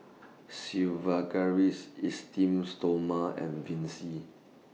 Sigvaris Esteem Stoma and Vichy